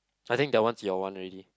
I think that one's your one already